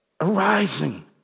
Arising